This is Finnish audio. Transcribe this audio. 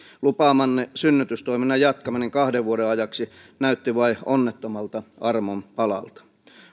lupaamanne synnytystoiminnan jatkaminen kahden vuoden ajaksi näytti vain onnettomalta armopalalta